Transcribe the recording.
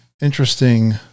interesting